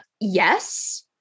yes